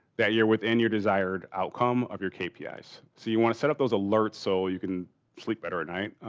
that you're within your desired outcome of your yeah kpis. so, you want to set up those alerts, so you can sleep better at night.